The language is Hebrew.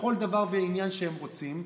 בכל דבר ועניין שהם רוצים,